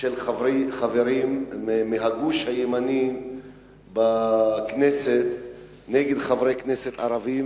של חברים מהגוש הימני בכנסת נגד חברי כנסת ערבים